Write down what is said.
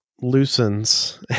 loosens